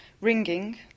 ringing